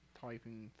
typing